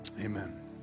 Amen